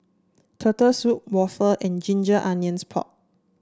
Turtle Soup waffle and Ginger Onions Pork